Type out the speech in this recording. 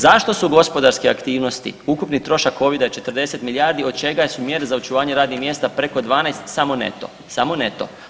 Zašto su gospodarske aktivnosti, ukupni trošak Covida je 40 milijardi od čega su mjere za očuvanje radnih mjesta preko 12 samo neto, samo neto.